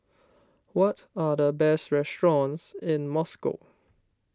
what are the best restaurants in Moscow